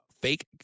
fake